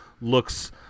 looks –